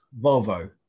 Volvo